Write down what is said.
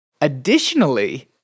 Additionally